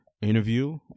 Interview